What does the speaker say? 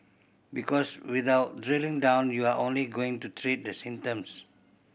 because without drilling down you're only going to treat the symptoms